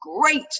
great